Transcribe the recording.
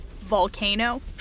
Volcano